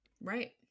Right